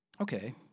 Okay